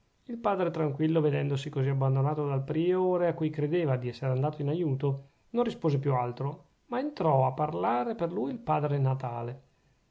il padre tranquillo vedendosi così abbandonato dal priore a cui credeva di essere andato in aiuto non rispose più altro ma entrò a parlare per lui il padre natale